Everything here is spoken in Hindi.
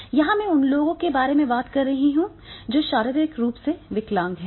यहां मैं उन लोगों के बारे में बात कर रहा हूं जो शारीरिक रूप से विकलांग हैं